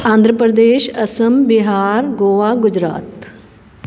Andhra Pradesh Assam Bihar Goa Gujarat